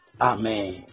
amen